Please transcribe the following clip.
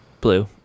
Blue